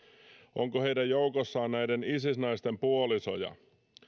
onko heidän joukossaan näiden isis naisten puolisoja